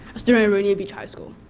a student at rainier beach high school.